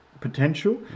potential